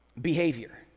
behavior